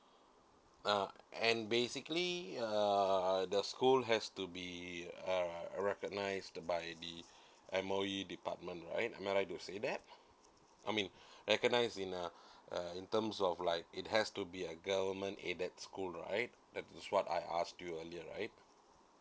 uh and basically uh the school has to be uh recognize to buy the M_O_E department right am I right to say that I mean recognize in uh uh in terms of like it has to be a government aided school right that's what I ask you earlier right